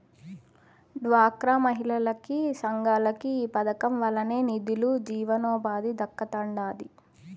డ్వాక్రా మహిళలకి, సంఘాలకి ఈ పదకం వల్లనే నిదులు, జీవనోపాధి దక్కతండాడి